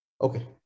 Okay